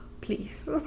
please